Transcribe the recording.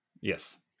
Yes